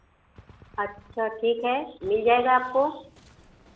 अच्छा ठीक है मिल जाएगा आपको